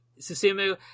Susumu